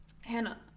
Hannah